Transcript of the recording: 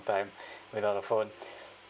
time without a phone